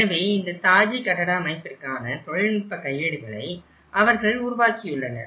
எனவே இந்த தாஜ்ஜி கட்டட அமைப்பிற்கான தொழில்நுட்ப கையேடுகளை அவர்கள் உருவாக்கியுள்ளனர்